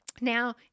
Now